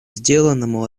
сделанному